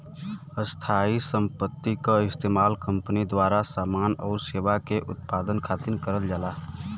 स्थायी संपत्ति क इस्तेमाल कंपनी द्वारा समान आउर सेवा के उत्पादन खातिर करल जाला